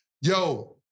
Yo